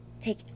take